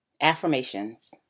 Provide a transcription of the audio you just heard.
Affirmations